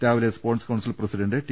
രാവിലെ sports council president T